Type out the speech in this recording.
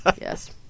Yes